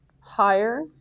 higher